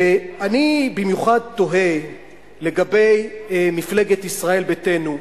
ואני במיוחד תוהה לגבי מפלגת ישראל ביתנו,